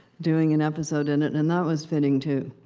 doing an episode in it. and that was fitting too.